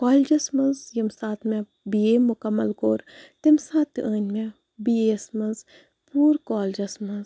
کالجَس منٛز ییٚمہِ ساتہٕ مےٚ بی اے مُکمل کوٚر تمہِ ساتہٕ تہِ أنۍ مےٚ بی اے یَس منٛز پورٕ کالجَس منٛز